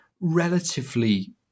relatively